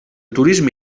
turisme